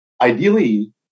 ideally